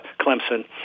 Clemson